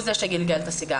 הוא זה שגלגל את הסיגריה,